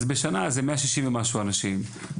אז בשנה זה 170 ומשהו אנשים,